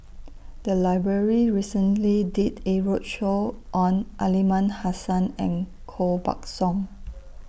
The Library recently did A roadshow on Aliman Hassan and Koh Buck Song